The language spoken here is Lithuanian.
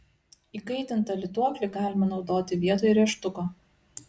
įkaitintą lituoklį galima naudoti vietoj rėžtuko